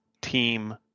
Team